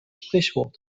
sprichwort